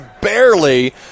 barely